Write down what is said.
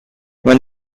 when